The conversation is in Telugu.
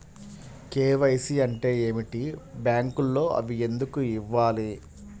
కే.వై.సి అంటే ఏమిటి? బ్యాంకులో అవి ఎందుకు ఇవ్వాలి?